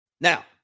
Now